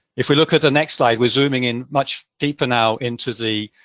if we look at the next slide we're zooming in much deeper, now, into the